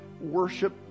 worship